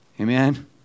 Amen